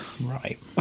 Right